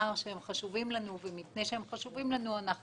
שהם חשובים לנו ומפני שהם חשובים לנו אנחנו